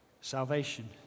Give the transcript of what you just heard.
Salvation